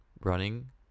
running